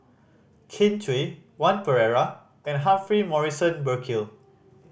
Kin Chui Pereira and Humphrey Morrison Burkill